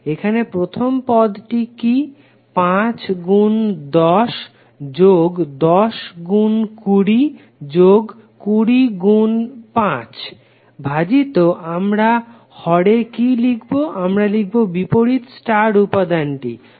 এখানে প্রথম পদটি কি হবে 5 গুন 10 যোগ 10 গুন 20 যোগ 20 গুন 5 ভাজিত আমরা হরে কি লিখবো আমরা লিখবো বিপরীত স্টার উপাদানটিকে